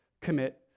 commit